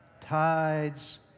tides